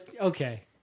Okay